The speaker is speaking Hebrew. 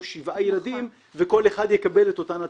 שבעה ילדים וכל אחד יקבל את אותן הרשומות.